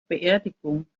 beerdigung